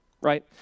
right